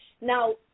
Now